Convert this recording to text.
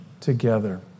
together